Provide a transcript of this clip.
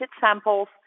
samples